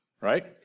right